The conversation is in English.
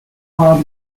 hard